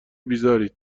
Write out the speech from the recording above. بیزارید